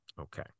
Okay